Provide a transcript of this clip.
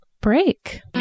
break